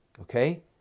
okay